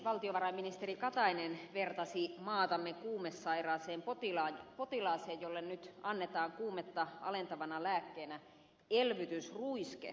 valtiovarainministeri katainen vertasi maatamme kuumesairaaseen potilaaseen jolle nyt annetaan kuumetta alentavana lääkkeenä elvytysruiske